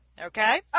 Okay